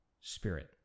spirit